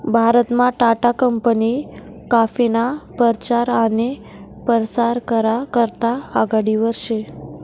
भारतमा टाटा कंपनी काफीना परचार आनी परसार करा करता आघाडीवर शे